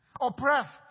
oppressed